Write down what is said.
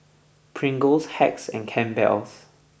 Pringles Hacks and Campbell's